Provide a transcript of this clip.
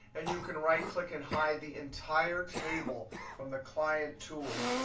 and you can right click and hide the entire table from the client tool.